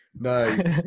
nice